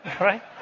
Right